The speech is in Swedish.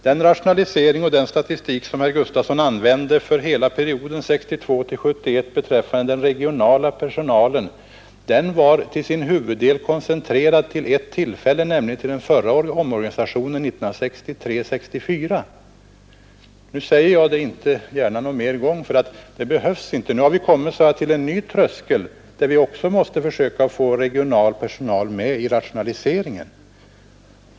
Den rationalisering på regional nivå som herr Gustafson talar om och den statistik som han använder sig av för hela perioden 1962-1971 beträffande den regionala personalen var till sin huvuddel koncentrerad till ett enda tillfälle, nämligen till den förra omorganisationen 1963—1964. Nu upprepar jag det inte mer, det behövs inte. Nu har vi kommit till en ny tröskel där vi också måste försöka få regional personal med i rationaliseringen.